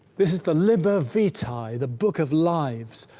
this is the liber vitae the book of lives,